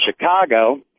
Chicago